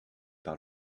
par